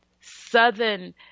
southern